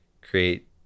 create